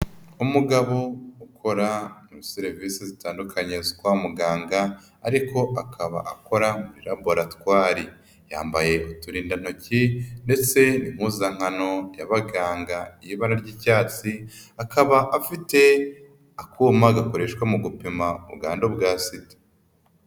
Umugabo ukora muri serivisi zitandukanye kwa muganga ariko akaba akora muri laboratwari, yambaye uturindantoki ndetse n'impuzankano y'abaganga y'ibara ry'icyatsi akaba afite akuma gakoreshwa mu gupima ubwandu bwa sida.